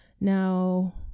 Now